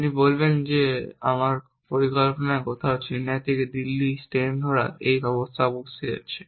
আপনি বলবেন যে আমার পরিকল্পনার কোথাও চেন্নাই থেকে দিল্লির ট্রেন ধরার এই ব্যবস্থা অবশ্যই আছে